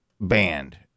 Band